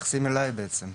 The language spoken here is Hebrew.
מתייחסים אליי בעצם.